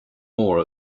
more